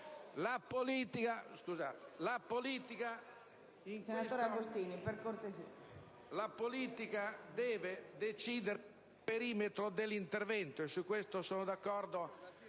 La politica deve decidere il perimetro dell'intervento, e su questo sono d'accordo.